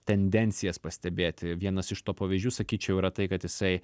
tendencijas pastebėti vienas iš to pavyzdžių sakyčiau yra tai kad jisai